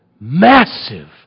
Massive